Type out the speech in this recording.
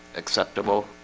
acceptable